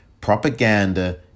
propaganda